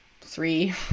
three